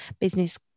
business